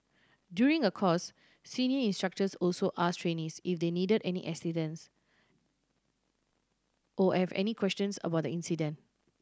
during a course senior instructors also asked trainees if they needed any assistance or have any questions about the incident